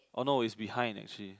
oh no it's behind actually